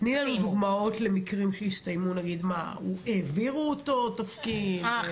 תני לנו דוגמאות למקרים שנגיד העבירו אותו תפקיד --- אה,